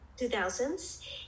2000s